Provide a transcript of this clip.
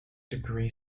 degree